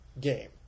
game